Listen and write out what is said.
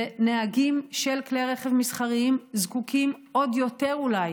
ונהגים של כלי רכב מסחריים זקוקים עוד יותר אולי